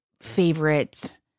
favorite